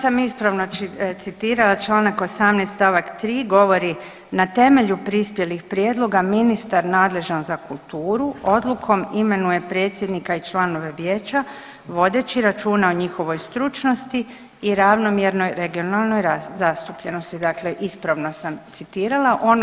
Ja sam ispravno citirala čl. 18. st. 3. govori „Na temelju prispjelih prijedloga ministar nadležan za kulturu odlukom imenuje predsjednika i članove vijeća vodeći računa o njihovoj stručnosti i ravnomjernoj regionalnoj zastupljenosti.“ Dakle, ispravno sam citirala ono.